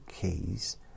keys